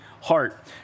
heart